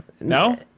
No